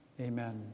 Amen